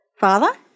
Father